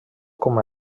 com